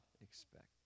expect